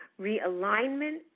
realignment